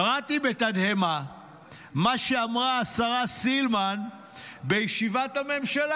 קראתי בתדהמה מה שאמרה השרה סילמן בישיבת הממשלה,